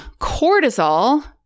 cortisol